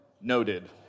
noted